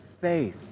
Faith